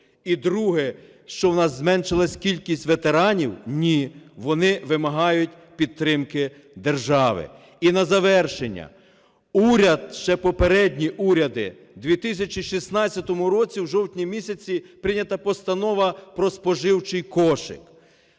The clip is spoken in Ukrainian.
І друге. Що у нас зменшилась кількість ветеранів? Ні. Вони вимагають підтримки держави. І на завершення. Уряд, ще попередні уряди, в 2016 році в жовтні місяці прийнята Постанова про споживчий кошик.